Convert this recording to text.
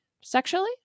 sexually